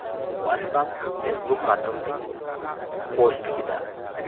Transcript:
WhatsApp Facebook ᱢᱟᱫᱽᱫᱷᱚᱢ ᱛᱮᱧ post ᱠᱮᱫᱟ